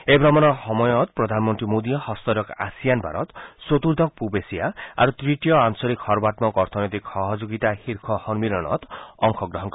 এই ভ্ৰমণৰ সময়ত প্ৰধানমন্ত্ৰী মোডীয়ে যষ্ঠদশ আছিয়ান ভাৰত চতুৰ্দশ পূব এছিয়া আৰু তৃতীয় আঞ্চলিক সৰ্বাম্মক অৰ্থনৈতিক সহযোগিতা শীৰ্ষ সন্মিলনত অংশগ্ৰহণ কৰিব